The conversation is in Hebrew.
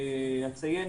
אציין,